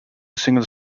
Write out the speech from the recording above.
singles